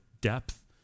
depth